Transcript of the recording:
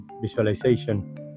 visualization